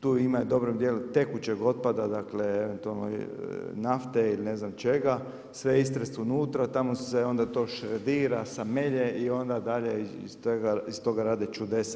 tu imam dobrim djelom i tekućeg otpada, dakle eventualno nafte ili ne znam čega, sve istresti unutra, tamo se onda to šredira, samelje i onda dalje iz toga rade čudesa.